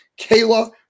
kayla